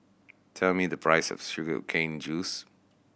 tell me the price of sugar cane juice